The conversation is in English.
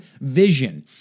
vision